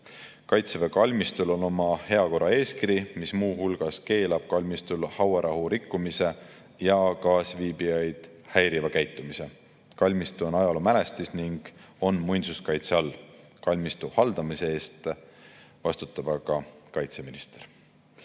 Kaitseväe kalmistul on oma heakorraeeskiri, mis muu hulgas keelab kalmistul hauarahu rikkumise ja kaasviibijaid häiriva käitumise. Kalmistu on ajaloomälestis ning on muinsuskaitse all. Kalmistu haldamise eest vastutab aga kaitseminister.